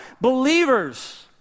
believers